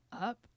up